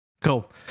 Cool